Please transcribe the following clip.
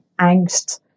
angst